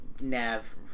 Nav